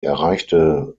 erreichte